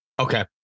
Okay